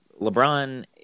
LeBron